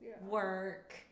work